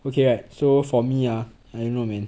okay right so for me ah I don't know man